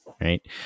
right